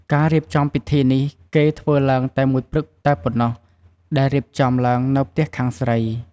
ការរៀបចំពិធីនេះគេធ្វើឡើងតែមួយព្រឹកតែប៉ុណ្ណោះដែលរៀបចំឡើងនៅផ្ទះខាងស្រី។